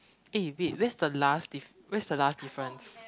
eh wait where's the last diff~ where's the last difference